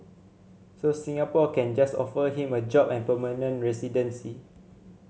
so Singapore can just offer him a job and permanent residency